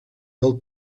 del